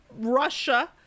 Russia